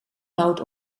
noot